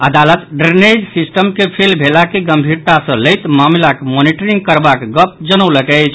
अदालत drainage system के fail भेला के गंभीरता सॅ लैत मामिलाक मॉनिटरिंग करबाक गप जनौलक अछि